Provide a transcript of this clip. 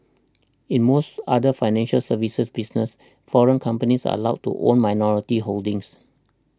in most other financial services businesses foreign companies are allowed to own minority holdings